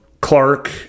Clark